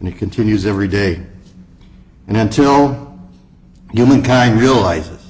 and it continues every day and until human kind realizes